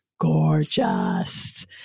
gorgeous